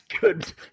good